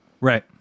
Right